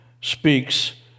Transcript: speaks